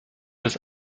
des